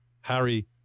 Harry